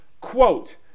quote